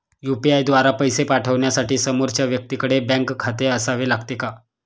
UPI द्वारा पैसे पाठवण्यासाठी समोरच्या व्यक्तीकडे बँक खाते असावे लागते का?